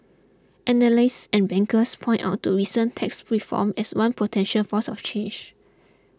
analysts and bankers pointed out to recent tax reform as one potential force of change